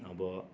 अब